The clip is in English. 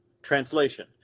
translation